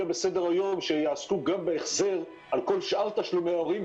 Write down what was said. בסדר היום שיעסקו גם בהחזר על כל שאר תשלומי ההורים,